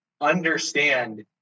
understand